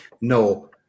No